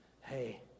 Hey